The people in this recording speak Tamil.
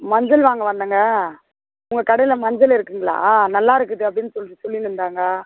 மஞ்சள் வாங்க வந்தங்க உங்க கடையில் மஞ்சள் இருக்குதுங்களா நல்லா இருக்குது அப்படின்னு சொல்லி சொல்லினுருந்தாங்க